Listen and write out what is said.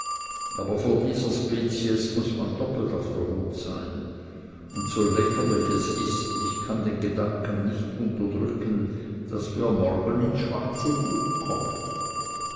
aber vor dieser spezies muß man doppelt auf der hut sein und so lächerlich es ist ich kann den gedanken nicht unterdrücken daß wir morgen ins schwarze buch kommen